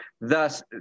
thus